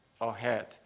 ahead